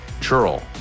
Churl